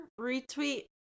retweet